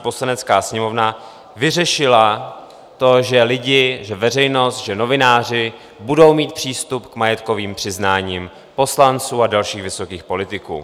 Poslanecká sněmovna vyřešila to, že lidi, že veřejnost, že novináři, budou mít přístup k majetkovým přiznáním poslanců a dalších vysokých politiků.